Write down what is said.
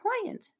client